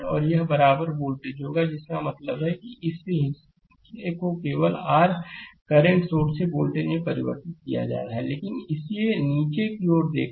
और यह बराबर वोल्टेज होगा जिसका मतलब है कि इस हिस्से को केवल r करंट सोर्स से वोल्टेज में परिवर्तित किया जा रहा है लेकिन इसे नीचे की ओर देखें